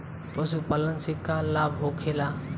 पशुपालन से का लाभ होखेला?